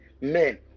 Men